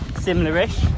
similar-ish